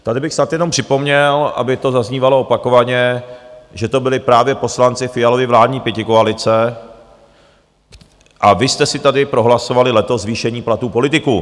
Tady bych snad jenom připomněl, aby to zaznívalo opakovaně, že to byli právě poslanci Fialovy vládní pětikoalice, a vy jste si tady prohlasovali letos zvýšení platů politiků.